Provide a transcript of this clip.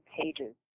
pages